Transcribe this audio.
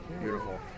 Beautiful